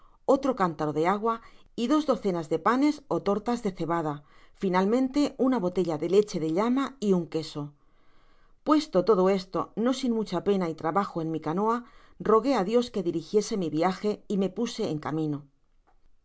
otro cántaro de agua y dos docenas de panes ó tortas de cebada analmente una botella de leche de llama y un queso puesto todo esto no sin mucha pena y trabajo en mi canoa rogué á dios que dirigiese mi viaje y me puse en camino remé